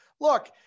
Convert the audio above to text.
look